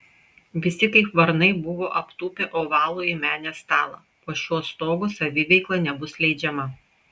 visi kaip varnai buvo aptūpę ovalųjį menės stalą po šiuo stogu saviveikla nebus leidžiama